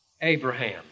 Abraham